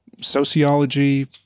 sociology